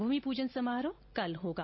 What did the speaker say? भूमि पूजन समारोह कल होगा